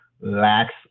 lacks